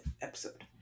episode